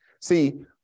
See